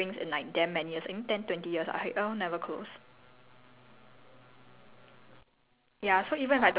um I got this thing from my mum where like she hasn't worn earrings in like damn many years I think ten twenty years ah until now never close